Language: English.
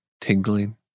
tingling